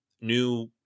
new